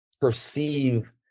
perceive